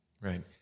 Right